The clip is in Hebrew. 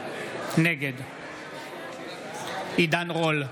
נגד עידן רול,